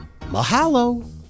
mahalo